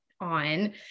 on